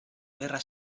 gerra